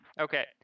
Okay